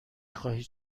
خواهید